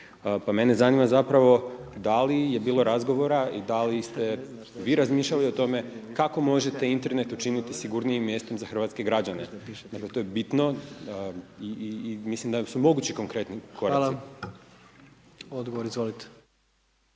mene zanima zapravo da li je bilo razgovora i da li ste vi razmišljali o tome kako možete internet učiniti sigurnijim mjestom za hrvatske građane, dakle to je bitno i mislim da su mogući konkretni koraci. **Jandroković,